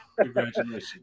congratulations